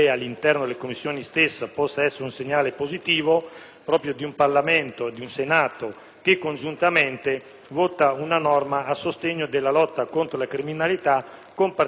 positivo di un Parlamento e di un Senato, in particolare, che congiuntamente vota una norma a sostegno della lotta contro la criminalità, con specifico riferimento al reato di estorsione.